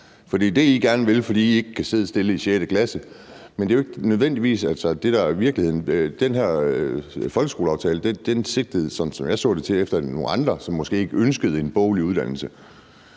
det er det, I gerne vil, fordi I ikke kan sidde stille i 6. klasse. Men det er jo ikke nødvendigvis det, der er virkeligheden. Den her folkeskoleaftale sigtede, sådan som jeg så det, mod nogle andre, som måske ikke ønskede en boglig uddannelse.